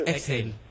Exhale